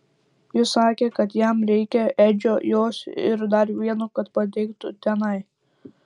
jis sakė kad jam reikia edžio jos ir dar vieno kad patektų tenai